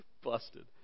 Busted